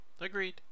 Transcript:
Agreed